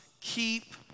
keep